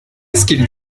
qu’ils